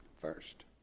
First